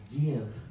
give